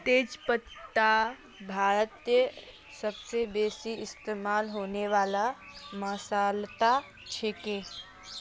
तेज पत्ता भारतत सबस बेसी इस्तमा होने वाला मसालात छिके